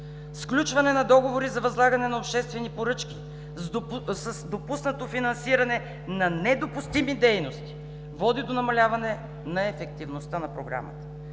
сключване на договори за възлагане на обществени поръчки с допуснато финансиране на недопустими дейности, води до намаляване на ефективността на програмата.“